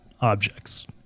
objects